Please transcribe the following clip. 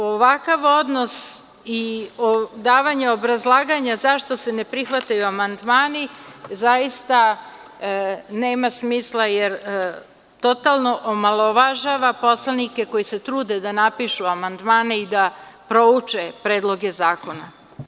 Ovakav odnos i davanje obrazloženja zašto se ne prihvataju amandmani, zaista nema smisla, jer totalno omalovažava poslanike koji se trude da napišu amandmane i da prouče predloge zakona.